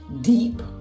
deep